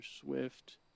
Swift